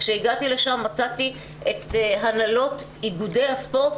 כשהגעתי לשם מצאתי את הנהלות איגודי הספורט,